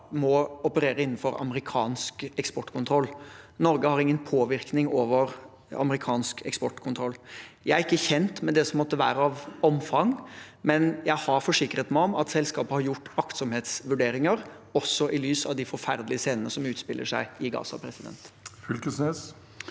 må operere innenfor amerikansk eksportkontroll. Norge har ingen påvirkning på amerikansk eksportkontroll. Jeg er ikke kjent med det som måtte være av omfang, men jeg har forsikret meg om at selskapet har gjort aktsomhetsvurderinger, også i lys av de forferdelige scenene som utspiller seg i Gaza. Torgeir